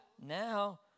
Now